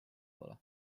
pole